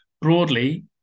broadly